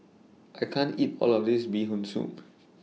I can't eat All of This Bee Hoon Soup